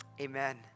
Amen